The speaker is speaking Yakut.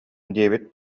диэбит